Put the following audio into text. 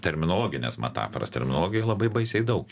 terminologines metaforas terminologijoj labai baisiai daug